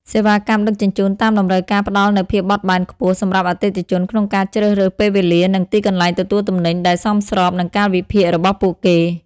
សេវាកម្មដឹកជញ្ជូនតាមតម្រូវការផ្តល់នូវភាពបត់បែនខ្ពស់សម្រាប់អតិថិជនក្នុងការជ្រើសរើសពេលវេលា និងទីកន្លែងទទួលទំនិញដែលសមស្របនឹងកាលវិភាគរបស់ពួកគេ។